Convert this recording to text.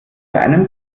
einen